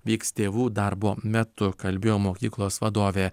vyks tėvų darbo metu kalbėjo mokyklos vadovė